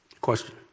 Question